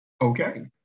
okay